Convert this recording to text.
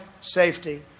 safety